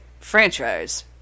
franchise